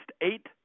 eight